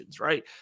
right